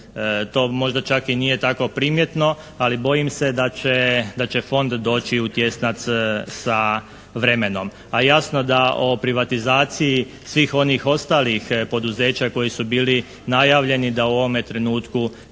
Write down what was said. To možda čak i nije tako primjetno ali bojim se da će fond doći u tjesnac sa vremenom. A jasno da o privatizaciji svih onih ostalih poduzeća koji su bili najavljeni da u ovome trenutku